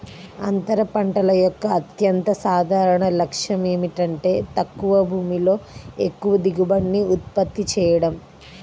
అంతర పంటల యొక్క అత్యంత సాధారణ లక్ష్యం ఏమిటంటే తక్కువ భూమిలో ఎక్కువ దిగుబడిని ఉత్పత్తి చేయడం